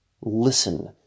Listen